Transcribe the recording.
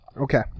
Okay